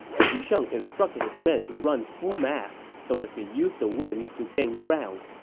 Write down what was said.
xu sheng instructed his men to run full mast so as to use the winds to gain ground.